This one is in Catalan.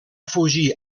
fugir